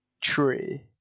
tree